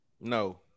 No